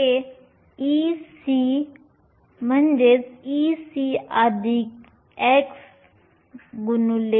हे Ec पासून Ec χ